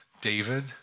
David